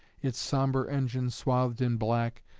its sombre engine swathed in black,